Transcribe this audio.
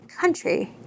country